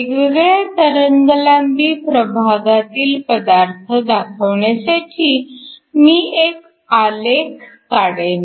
वेगवेगळ्या तरंगलांबी प्रभागातील पदार्थ दाखवण्यासाठी मी एक आलेख काढेन